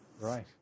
Right